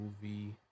movie